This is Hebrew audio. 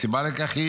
הסיבה לכך היא